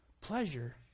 Pleasure